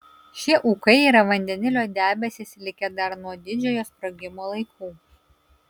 šie ūkai yra vandenilio debesys likę dar nuo didžiojo sprogimo laikų